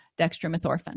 dextromethorphan